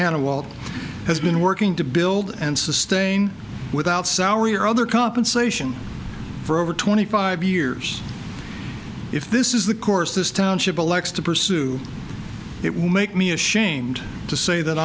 walt has been working to build and sustain without salary or other compensation for over twenty five years if this is the course this township elects to pursue it will make me ashamed to say that